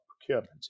procurement